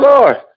Lord